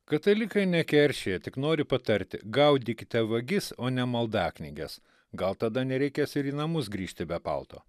katalikai nekeršija tik nori patarti gaudykite vagis o ne maldaknyges gal tada nereikės ir į namus grįžti be palto